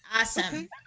Awesome